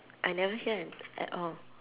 I never hear an~ at all